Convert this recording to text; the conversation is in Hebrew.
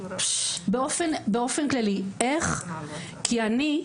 באופן כללי איך, כי אני,